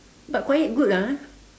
but quiet good lah